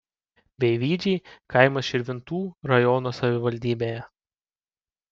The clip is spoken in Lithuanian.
beivydžiai kaimas širvintų rajono savivaldybėje